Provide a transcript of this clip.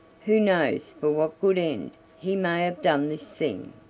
who knows for what good end he may have done this thing?